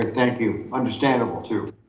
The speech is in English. thank you, understandable too.